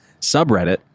subreddit